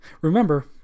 Remember